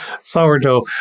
sourdough